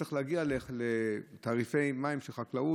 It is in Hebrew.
צריך להגיע לתעריפי מים של חקלאות,